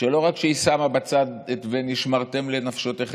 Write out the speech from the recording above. שלא רק שהיא שמה בצד את "ונשמרתם לנפשותיכם",